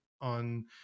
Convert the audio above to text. on